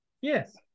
Yes